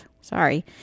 sorry